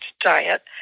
diet